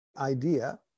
idea